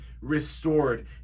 restored